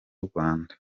rwanda